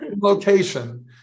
location